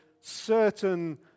certain